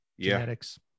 genetics